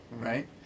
right